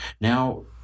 Now